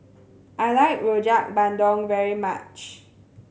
I like Rojak Bandung very much